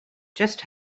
just